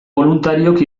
boluntariok